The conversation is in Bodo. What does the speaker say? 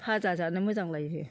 फाजा जानो मोजांलायो